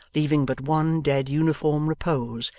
leaving but one dead uniform repose,